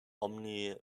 omni